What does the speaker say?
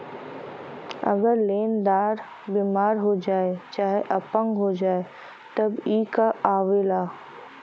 अगर लेन्दार बिमार हो जाए चाहे अपंग हो जाए तब ई कां आवेला